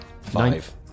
Five